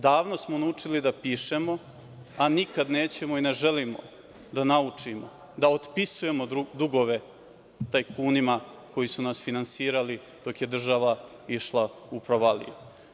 Davno smo naučili da pišemo, a nikada nećemo i ne želimo da naučimo da otpisujemo dugove tajkunima koji su nas finansirali dok je država išla u provaliju.